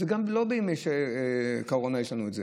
גם לא בימי קורונה יש לנו את זה.